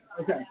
Okay